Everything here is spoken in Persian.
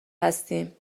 هستیم